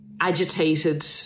agitated